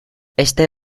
este